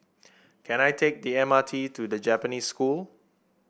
can I take the M R T to The Japanese School